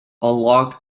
unlocked